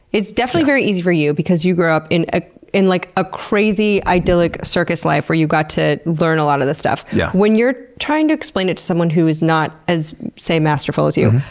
it's definitely very easy for you because you grew up in ah in like a crazy, idyllic circus life where you got to learn a lot of this stuff. yeah when you're trying to explain it to someone who is not as, say, masterful as you,